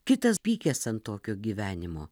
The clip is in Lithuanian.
kitas pykęs ant tokio gyvenimo